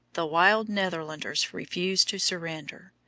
the wild netherlanders refused to surrender.